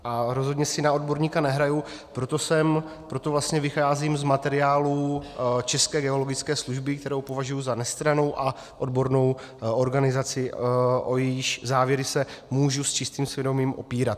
A rozhodně si na odborníka nehraji, proto vlastně vycházím z materiálů České geologické služby, kterou považuji za nestrannou a odbornou organizaci, o jejíž závěry se můžu s čistým svědomím opírat.